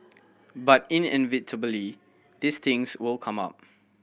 but inevitably these things will come up